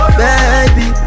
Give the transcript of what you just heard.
baby